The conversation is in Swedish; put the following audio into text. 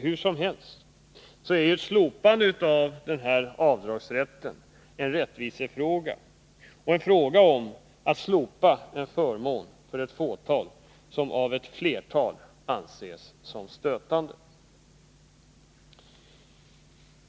Hur som helst så är slopande av denna avdragsrätt en rättvisefråga, en fråga om att slopa en förmån för ett fåtal som av ett flertal anses som stötande.